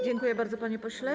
Dziękuję bardzo, panie pośle.